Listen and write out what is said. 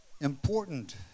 Important